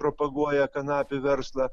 propaguoja kanapių verslą